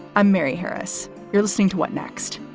i'm mary harris. you're listening to what next?